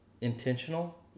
intentional